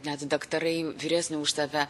net daktarai vyresnį už save